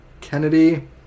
Kennedy